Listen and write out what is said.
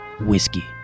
Whiskey